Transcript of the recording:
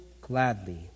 gladly